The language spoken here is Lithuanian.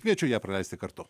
kviečiu ją praleisti kartu